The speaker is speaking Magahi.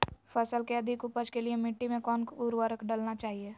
फसल के अधिक उपज के लिए मिट्टी मे कौन उर्वरक डलना चाइए?